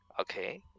Okay